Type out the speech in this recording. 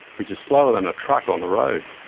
which is slower than a truck on the road.